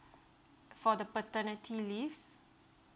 for the paternity leaves